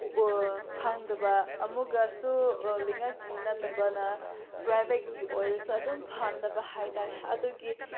ꯐꯪꯗꯕ ꯑꯃꯨꯛꯀꯁꯨ ꯂꯩꯉꯥꯛꯀꯤ ꯅꯠꯇꯕꯅ ꯄ꯭ꯔꯥꯏꯕꯦꯠꯀꯤ ꯑꯣꯏꯔꯁꯨ ꯑꯗꯨꯝ ꯐꯪꯅꯕ ꯍꯥꯏꯇꯥꯏ ꯑꯗꯨꯒꯤ